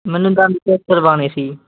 ਮੈਂ ਦੰਦ ਚੈਕ ਕਰਵਾਉਣੇ ਸੀ